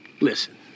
Listen